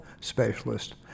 specialist